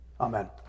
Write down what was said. Amen